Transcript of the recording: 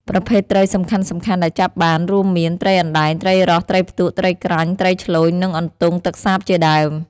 ប្រភេទត្រីសំខាន់ៗដែលចាប់បានរួមមាន ត្រីអណ្ដែង ត្រីរស់ ត្រីផ្ទក់ ត្រីក្រាញ់ ត្រីឆ្លូញ និង អន្ទង់ទឹកសាបជាដើម។